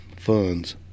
funds